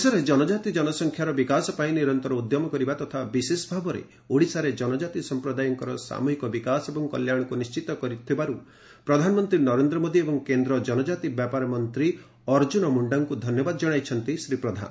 ଦେଶରେ ଜନଜାତି ଜନସଂଖ୍ୟାର ବିକାଶ ପାଇଁ ନିରନ୍ତର ଉଦ୍ୟମ କରିବା ତଥା ବିଶେଷଭାବରେ ଓଡ଼ିଶାରେ ଜନଜାତି ସମ୍ପ୍ରଦାୟଙ୍କର ସାମୂହିକ ବିକାଶ ଏବଂ କଲ୍ୟାଣକୁ ନିଶ୍ଚିତ କରିଥିବାରୁ ପ୍ରଧାନମନ୍ତ୍ରୀ ନରେନ୍ଦ୍ର ମୋଦି ଏବଂ କେନ୍ଦ୍ର ଜନଜାତି ବ୍ୟାପାର ମନ୍ତ୍ରୀ ଅର୍ଜ୍ଜୁନ ମୁଣ୍ଡାଙ୍କୁ ଧନ୍ୟବାଦ ଜଣାଇଛନ୍ତି ଶ୍ରୀ ପ୍ରଧାନ